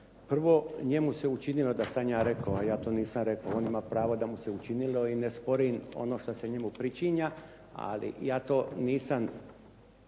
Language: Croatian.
Prvo, njemu se učinilo da sam ja rekao a ja to nisam rekao. On ima pravo da mu se učinilo i ne sporim ono što se njemu pričinja, ali ja to nisam